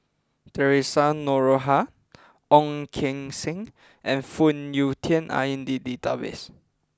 Theresa Noronha Ong Keng Sen and Phoon Yew Tien are in the database